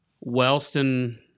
Wellston